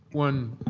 one